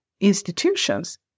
institutions